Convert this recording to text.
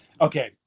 Okay